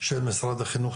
של משרד החינוך,